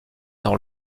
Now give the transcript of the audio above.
dans